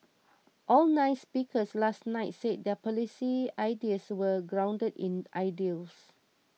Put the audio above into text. all nine speakers last night said their policy ideas were grounded in ideals